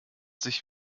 sich